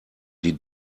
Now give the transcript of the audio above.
die